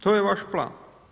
To je vaš plan.